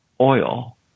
oil